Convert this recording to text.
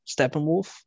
Steppenwolf